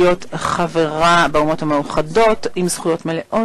ראש האופוזיציה חבר הכנסת יצחק הרצוג ורעייתו הגברת מיכל הרצוג,